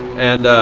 and